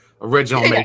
original